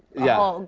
yeah.